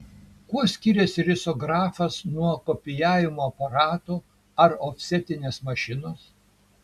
kuo skiriasi risografas nuo kopijavimo aparato ar ofsetinės mašinos